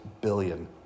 billion